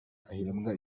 ahembwa